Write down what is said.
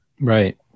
Right